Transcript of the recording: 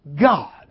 God